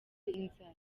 inzara